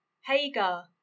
Hagar